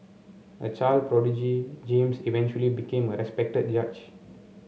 a child prodigy James eventually became a respected judge